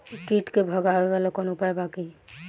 कीट के भगावेला कवनो उपाय बा की?